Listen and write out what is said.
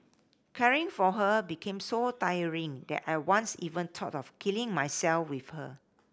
caring for her became so tiring that I once even thought of killing myself with her